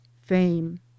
fame